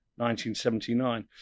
1979